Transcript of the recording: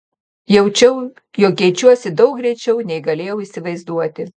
jaučiau jog keičiuosi daug greičiau nei galėjau įsivaizduoti